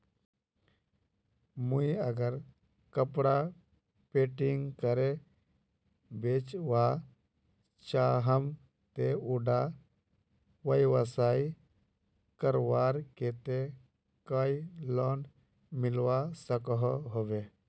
मुई अगर कपड़ा पेंटिंग करे बेचवा चाहम ते उडा व्यवसाय करवार केते कोई लोन मिलवा सकोहो होबे?